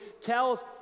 tells